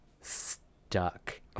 stuck